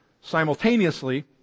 simultaneously